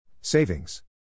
Savings